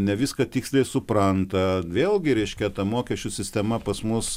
ne viską tiksliai supranta vėlgi reiškia ta mokesčių sistema pas mus